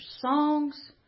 songs